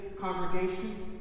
congregation